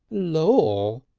law!